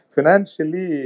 Financially